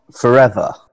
forever